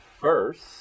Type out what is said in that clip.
first